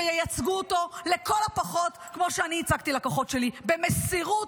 שייצגו אותו לכל הפחות כמו שאני ייצגתי לקוחות שלי: במסירות,